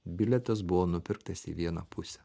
bilietas buvo nupirktas į vieną pusę